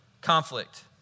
conflict